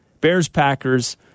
Bears-Packers